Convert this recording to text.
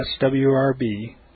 swrb